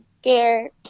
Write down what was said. scared